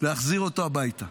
להחזיר אותו הביתה.